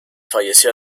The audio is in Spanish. falleció